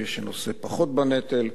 מי שנושא פחות בנטל.